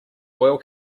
oil